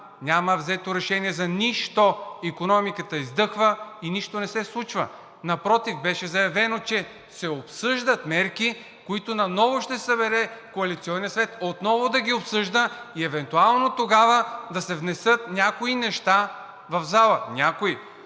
няма взето решение за нищо. Икономиката издъхва и нищо не се случва! Напротив, беше заявено, че се обсъждат мерки, които наново ще се събере коалиционният съвет, отново да ги обсъжда и евентуално тогава да се внесат някои неща в залата, някои.